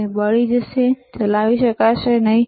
તે બળી જશે તે ચલાવી શકાશે નહીં